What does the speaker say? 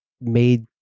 made